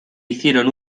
hicieron